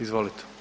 Izvolite.